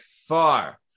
far